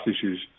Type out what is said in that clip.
issues